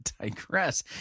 digress